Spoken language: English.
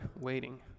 waiting